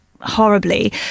horribly